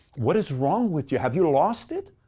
what is wrong with you? have you lost it?